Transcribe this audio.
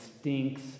stinks